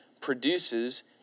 produces